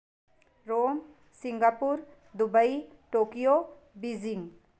Rome Singapore Dubai Tokyo Beijing